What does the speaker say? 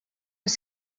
was